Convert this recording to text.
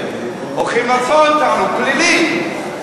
הולכים לעצור אותנו, פלילי.